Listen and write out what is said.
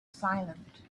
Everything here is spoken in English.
silent